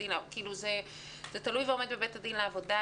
זה תלוי ועומד בבית הדין לעבודה,